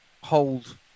hold